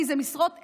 כי אלה משרות אמון.